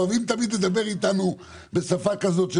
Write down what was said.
הם אוהבים תמיד לדבר איתנו בשפה כזאת של